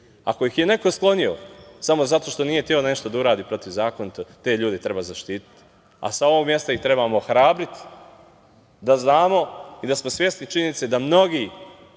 Ako ih je neko sklonio samo zato što nije hteo nešto da uradi protivzakonito te ljude treba zaštititi, a sa ovog mesta ih trebamo ohrabriti da znamo i da smo svesni činjenice da mnogi,